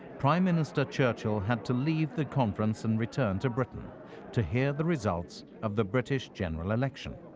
prime minister churchill had to leave the conference and return to britain to hear the results of the british general election.